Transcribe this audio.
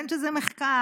בין שזה מחקר,